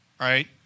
right